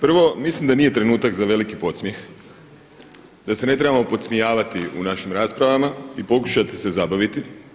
Prvo, mislim da nije trenutak za veliki podsmjeh, da se ne trebamo podsmijavati u našim raspravama i pokušati se zabaviti.